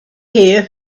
here